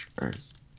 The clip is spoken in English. Earth